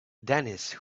denise